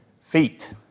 Feet